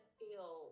feel